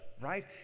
right